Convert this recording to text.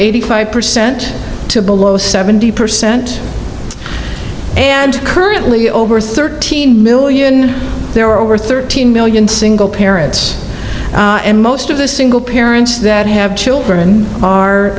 eighty five percent to below seventy percent and currently over thirteen million there are over thirteen million single parents and most of the single parents that have children are